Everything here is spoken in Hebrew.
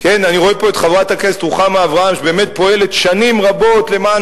אני רואה פה את חברת הכנסת רוחמה אברהם שבאמת פועלת שנים רבות למען